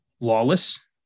Lawless